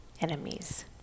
enemies